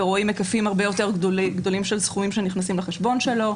ורואים היקפים הרבה יותר גדולים של סכומים שנכנסים לחשבון שלו.